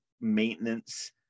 maintenance